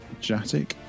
Jatic